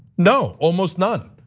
no, almost none,